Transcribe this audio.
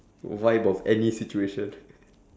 vibe of any situation